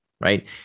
right